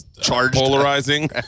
polarizing